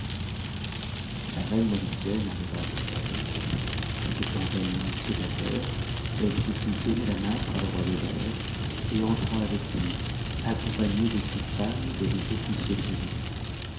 la reine magicienne arriva à son palais et quand elle eut mis pied à terre elle se fit donner la main par le roi beder et entra avec lui accompagnée de ses femmes et des ofnciers de ses